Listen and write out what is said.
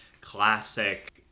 classic